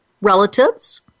relatives